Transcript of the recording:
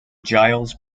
giles